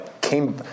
came